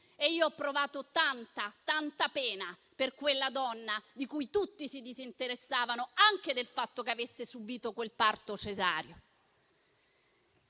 Io ho provato tanta pena per quella donna, di cui tutti si disinteressavano, anche del fatto che avesse subito quel parto cesareo.